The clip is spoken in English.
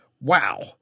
wow